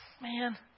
man